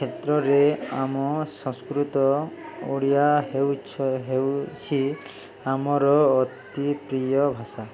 କ୍ଷେତ୍ରରେ ଆମ ସଂସ୍କୃତ ଓଡ଼ିଆ ହେଉଛି ଆମର ଅତି ପ୍ରିୟ ଭାଷା